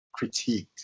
critiqued